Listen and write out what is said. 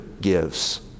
gives